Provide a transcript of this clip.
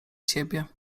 siebie